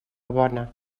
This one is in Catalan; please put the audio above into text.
bona